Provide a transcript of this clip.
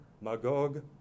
Magog